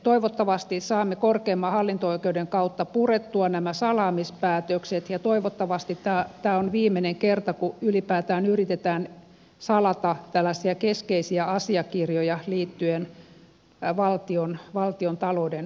toivottavasti saamme korkeimman hallinto oikeuden kautta purettua nämä salaamispäätökset ja toivottavasti tämä on viimeinen kerta kun ylipäätään yritetään salata tällaisia keskeisiä asiakirjoja liittyen valtiontalouden